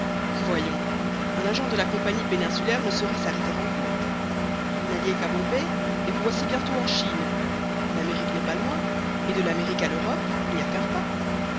voyons un agent de la compagnie péninsulaire ne saurait s'arrêter en route vous n'alliez qu'à bombay et vous voici bientôt en chine l'amérique n'est pas loin et de l'amérique à l'europe il n'y a qu'un pas